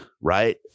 right